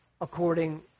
according